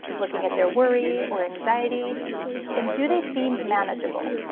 looking at their worry or anxiety and do they seem manageable.